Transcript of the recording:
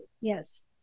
Yes